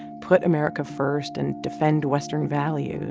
put america first and defend western values